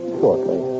shortly